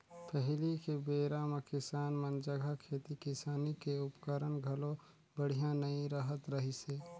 पहिली के बेरा म किसान मन जघा खेती किसानी के उपकरन घलो बड़िहा नइ रहत रहिसे